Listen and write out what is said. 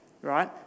Right